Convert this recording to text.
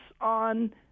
on